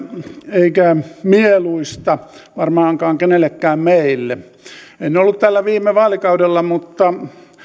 eikä mieluista varmaankaan kenellekään meille en ollut täällä viime vaalikaudella mutta